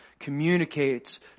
Communicates